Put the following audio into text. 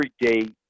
everyday